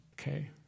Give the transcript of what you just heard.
okay